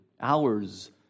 hours